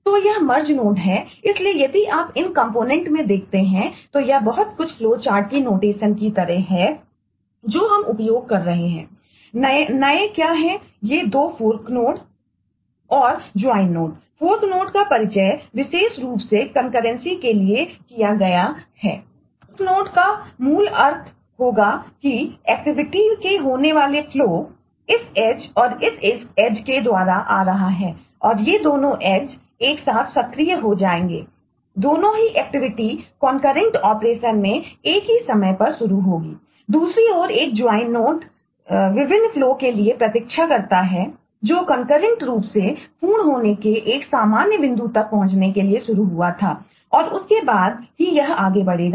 तो यह merge node में एक ही समय पर शुरू होंगी